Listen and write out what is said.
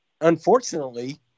Unfortunately